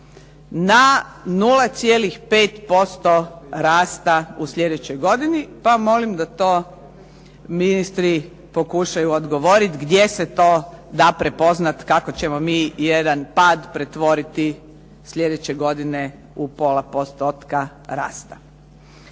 na 0,5% rasta u slijedećoj godini, pa molim da to ministri pokušaju odgovoriti gdje se to da prepoznati kako ćemo mi jedan pad pretvoriti slijedeće godine u pola postotka rasta.